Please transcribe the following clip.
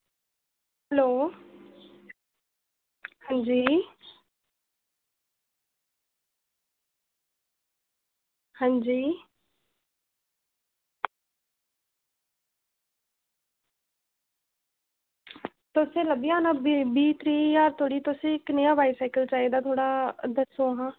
hello हां जी हां जी तुसेंई लब्भी जाना बीह् बीह् त्रीह् ज्हार धोड़ी तुसेंई कनेहा बाईसाइकिल चाहिदा थोह्ड़ा दस्सो हां